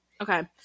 Okay